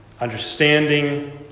understanding